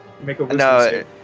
No